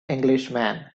englishman